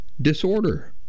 disorder